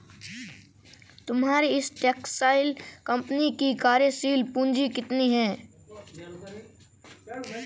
तुम्हारी इस textile company की कार्यशील पूंजी कितनी है?